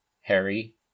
Harry